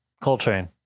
Coltrane